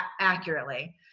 accurately